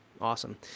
Awesome